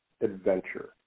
adventure